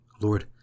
Lord